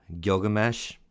Gilgamesh